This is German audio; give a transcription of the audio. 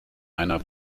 einer